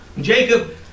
Jacob